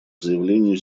заявлению